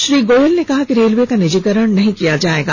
श्री गोयल ने कहा कि रेलवे का निजीकरण नहीं किया जाएगा